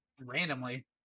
randomly